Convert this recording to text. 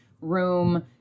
room